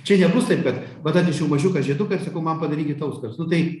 čia nebus taip kad vat atnešiau mažiuką žieduką ir sakau man padarykit auskarus nu tai